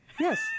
Yes